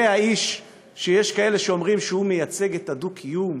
זה האיש שיש כאלה שאומרים שהוא מייצג את הדו-קיום,